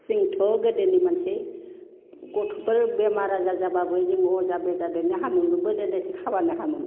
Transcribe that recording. जोंथ' गोदोनि मानसि गथ'फोर बेमार आजार जाब्लाबो जों अजा बेजा जोंनो हामोमोन बोन्दों दोंसे खाब्लानो हामोमोन